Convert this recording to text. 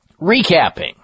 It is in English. recapping